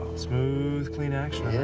smooth, clean action.